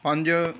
ਪੰਜ